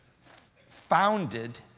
founded